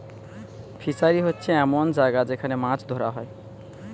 fishery হোচ্ছে এমন জাগা যেখান মাছ ধোরা হয়